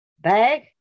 bag